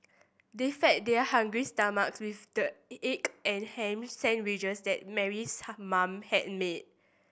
they fed their hungry stomachs with the and ham sandwiches that Mary's mom had made